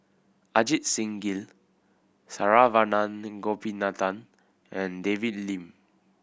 Ajit Singh Gill Saravanan Gopinathan and David Lim